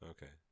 Okay